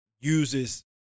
uses